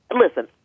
listen